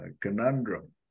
conundrum